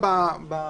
נכלל